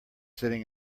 sitting